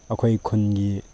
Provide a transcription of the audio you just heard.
ꯑꯩꯈꯣꯏ ꯈꯨꯟꯒꯤ